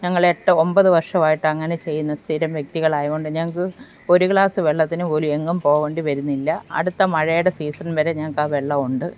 ഞങ്ങൾ എട്ടൊ ഒൻപതു വർഷമോ ആയിട്ട് അങ്ങനെ ചെയ്യുന്ന സ്ഥിരം വ്യക്തികളായതു കൊണ്ട് ഞങ്ങൾക്ക് ഒരു ഗ്ലാസ് വെള്ളത്തിനു പോലും എങ്ങും പോകേണ്ടി വരുന്നില്ല അടുത്ത മഴയുടെ സീസൺ വരെ ഞങ്ങൾക്ക് ആ വെള്ളം ഉണ്ട്